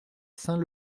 saint